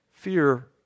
Fear